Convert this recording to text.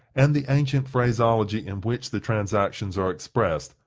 and the ancient phraseology in which the transactions are expressed,